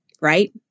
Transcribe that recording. Right